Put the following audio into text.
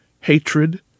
hatred